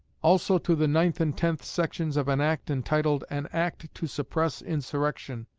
also to the ninth and tenth sections of an act entitled an act to suppress insurrection,